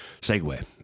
segue